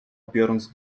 biorąc